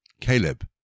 Caleb